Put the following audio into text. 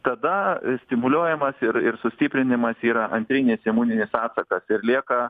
tada stimuliuojamas ir ir sustiprinimas yra antrinis imuninis atsakas ir lieka